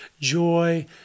joy